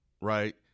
right